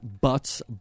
Butts